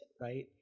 right